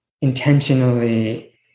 intentionally